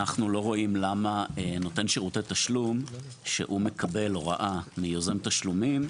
אנחנו לא רואים למה נותן שירותי התשלום שהוא מקבל הוראה מיוזם התשלומים,